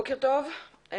בוקר טוב לכולם.